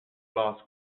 lost